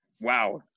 wow